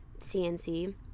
cnc